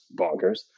bonkers